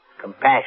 compassion